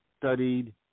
studied